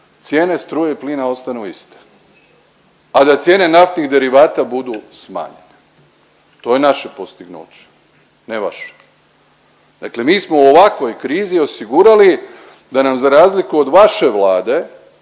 cijene struje i plina ostanu iste, a da cijene naftnih derivata budu smanjene, to je naše postignuće, ne vaše. Dakle mi smo u ovakvoj krizi osigurali da nam za razliku od vaše Vlade,